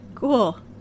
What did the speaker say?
Cool